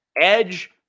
Edge